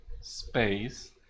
space